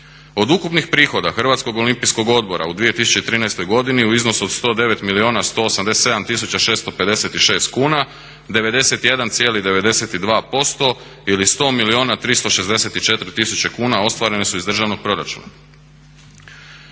Od ukupnih prihoda Hrvatskog olimpijskog odbora u 2013. godini u iznosu od 109 milijuna 187 tisuća 656 kuna 91,92% ili 100 milijuna 364 tisuće kuna ostvarene su iz državnog proračuna.